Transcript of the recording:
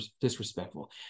disrespectful